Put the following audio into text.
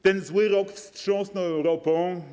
Ten zły rok wstrząsnął Europą.